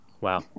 Wow